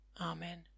Amen